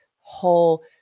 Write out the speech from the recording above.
whole